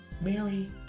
Mary